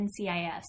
NCIS